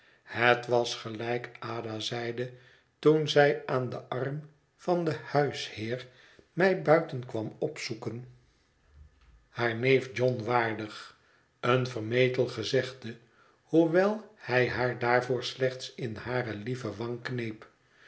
het was gelijk ada zeide toen zij aan den arm van den huisheer mij buiten kwam opzoeken haar neef john waardig een vermetel gezegde hoewel hij haar daarvoor slechts in hare lieve wang kneep